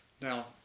Now